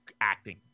acting